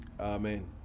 Amen